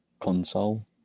console